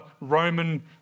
Roman